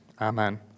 Amen